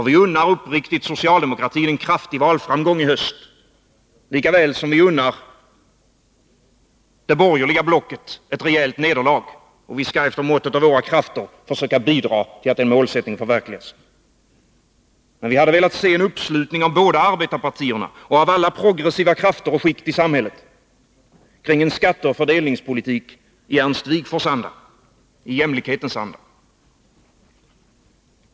Vi unnar uppriktigt socialdemokratin en kraftig valframgång i höst — lika väl som vi ser att det borgerliga blocket får ett rejält nederlag — och vi skall efter måttet av våra krafter försöka bidra till att den målsättningen förverkligas. Men vi hade velat se en uppslutning av båda arbetarpartierna och av alla progressiva krafter och skikt i samhället kring en skatteoch fördelningspolitik i Ernst Wigforss anda, i jämlikhetens anda.